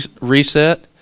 reset